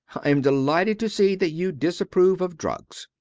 i'm delighted to see that you disapprove of drugs.